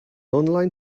online